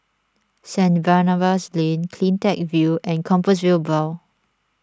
Saint Barnabas Lane CleanTech View and Compassvale Bow